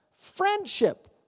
friendship